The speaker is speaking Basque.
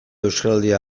euskaraldia